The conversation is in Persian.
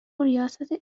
ریاست